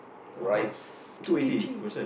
rice two eighty